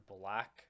black